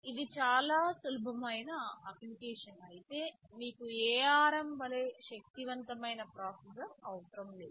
ఇది చాలా సులభమైన అప్లికేషన్ అయితే మీకు ARM వలె శక్తివంతమైన ప్రాసెసర్ అవసరం లేదు